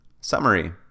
Summary